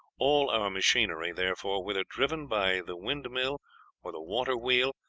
all our machinery, therefore, whether driven by the windmill or the water-wheel,